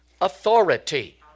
authority